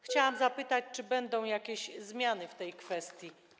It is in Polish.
Chciałabym zapytać, czy będą jakieś zmiany w tej kwestii.